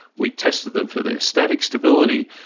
we tested them for their static stability,